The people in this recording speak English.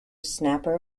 snapper